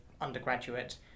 undergraduate